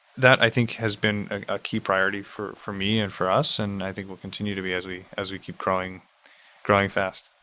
that, i think, has been a key priority for for me and for us and i think we'll continue to be as we as we keep growing growing fast.